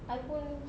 I pun